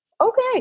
okay